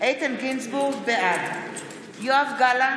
בעד יואב גלנט,